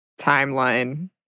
timeline